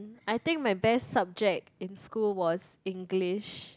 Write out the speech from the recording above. I think my best subject in school was English